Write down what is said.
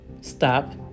Stop